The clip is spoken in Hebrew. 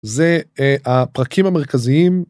זה הפרקים המרכזיים.